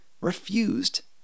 refused